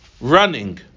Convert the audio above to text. running